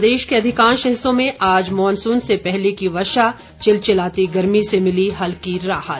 प्रदेश के अधिकांश हिस्सों में आज मॉनसून से पहले की वर्षा चिलचिलाती गर्मी से मिली हल्की राहत